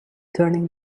turning